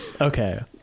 okay